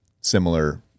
similar